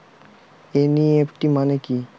NEFT মনে কি?